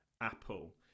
apple